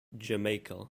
jamaica